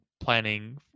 planning